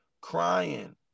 Crying